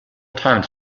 times